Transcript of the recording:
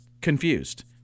confused